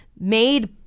made